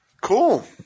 Cool